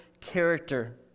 character